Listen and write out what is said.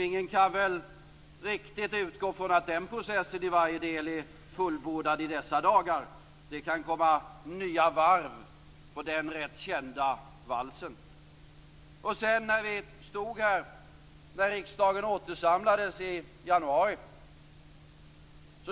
Ingen kan väl riktigt utgå från att den processen i varje del är fullbordad i dessa dagar. Det kan komma nya varv på den rätt kända valsen. När vi sedan stod här när riksdagen återsamlades i januari